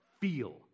feel